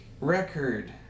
record